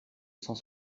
cent